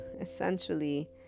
essentially